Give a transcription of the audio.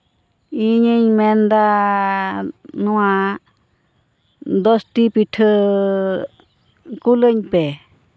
ᱤᱭᱟᱹᱧ ᱢᱮᱱᱫᱟ ᱱᱚᱶᱟ ᱫᱚᱥᱴᱤ ᱯᱤᱴᱷᱟᱹ ᱠᱩᱞᱟᱹᱧ ᱯᱮ